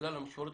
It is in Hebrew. בגלל המשמורת